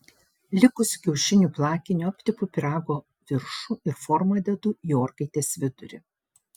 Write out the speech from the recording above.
likusiu kiaušinių plakiniu aptepu pyrago viršų ir formą dedu į orkaitės vidurį